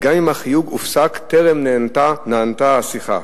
גם אם החיוג הופסק בטרם נענתה השיחה,